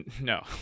No